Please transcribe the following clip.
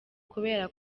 kubera